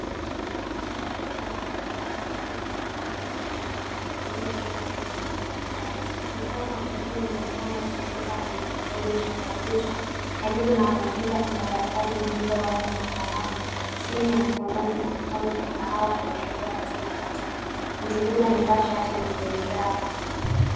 Mtazamo kutoka juu wa mtu akifanya kazi kwenye kompyuta ndogo iliyowekwa juu ya meza ya mbao. Mikono ya mtu huyu inaonekana ikiandika kwenye kibodi cha kompyuta. Karibu na kompyuta kuna daftari lililo wazi na kalamu, simu ya mkononi na kikombe cha kahawa kinachoweza kutumika tena. Mtu huyo amevaa shati lenye miraba.